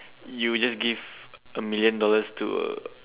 you just give a million dollars to